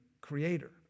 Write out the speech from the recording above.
creator